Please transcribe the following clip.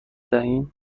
دهیم